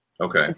Okay